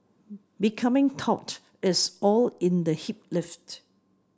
becoming taut is all in the hip lift